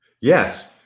Yes